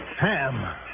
Ham